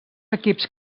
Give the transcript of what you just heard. equips